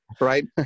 right